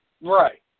Right